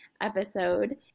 episode